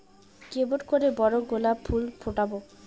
কেমন করে বড় গোলাপ ফুল ফোটাব?